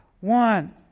One